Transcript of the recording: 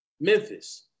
Memphis